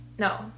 No